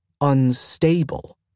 unstable